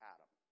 Adam